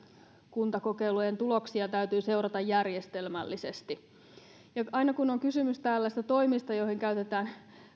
kuntakokeilujen tuloksia täytyy seurata järjestelmällisesti aina kun on kysymys tällaisista toimista joihin käytetään